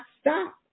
stop